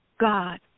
God